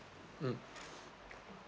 mm